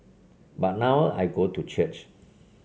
but now I go to church